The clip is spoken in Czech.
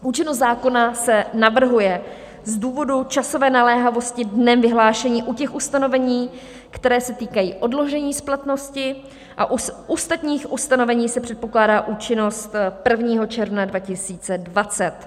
Účinnost zákona se navrhuje z důvodu časové naléhavosti dnem vyhlášení u těch ustanovení, která se týkají odložení splatnosti, a u ostatních ustanovení se předpokládá účinnost 1. června 2020.